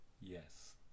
Yes